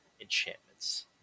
enchantments